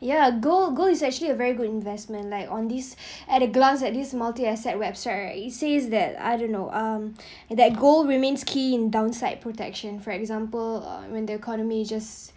ya gold gold is actually a very good investment like on this at a glance at his multi-asset website right it's says that I don't know um that gold maybe keen in downside protection for example uh when the economy just